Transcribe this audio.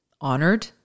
honored